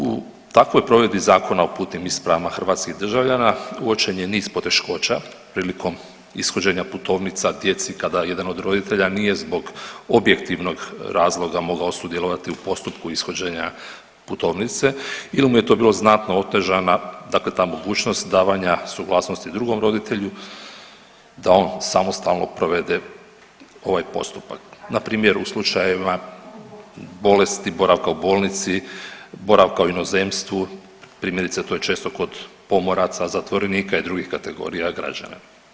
U takvoj provedbi Zakona o putnim ispravama hrvatskih državljana uočen je niz poteškoća prilikom ishođenja putovnica djeci kada jedan od roditelja nije zbog objektivnog razloga mogao sudjelovati u postupku ishođenja putovnice ili mu je to bilo znatno otežana dakle ta mogućnost davanja suglasnosti drugom roditelju da on samostalno provede ovaj postupak, npr. u slučajevima bolesti, boravka u bolnici, boravka u inozemstvu, primjerice to je često kod pomoraca, zatvorenika i drugih kategorija građana.